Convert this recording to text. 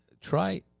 try